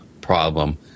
problem